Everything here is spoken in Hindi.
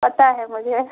पता है मुझे